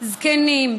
זקנים,